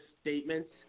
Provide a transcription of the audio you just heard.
statements